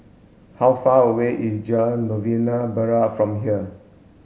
how far away is Jalan Novena Barat from here